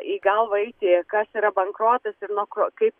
į galvą eiti kas yra bankrotas ir nuo ko kaip